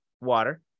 water